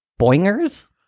Boingers